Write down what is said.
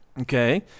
Okay